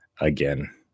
Again